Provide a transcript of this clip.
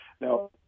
Now